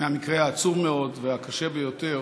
מהמקרה העצוב מאוד והקשה ביותר